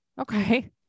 Okay